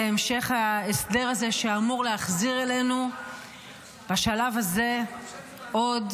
להמשך ההסדר הזה, שאמור להחזיר אלינו בשלב הזה עוד